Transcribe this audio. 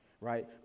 Right